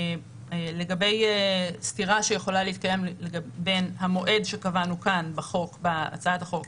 לגבי סתירה שיכולה להתקיים בין המועד שקבענו כאן בהצעת החוק